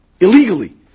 illegally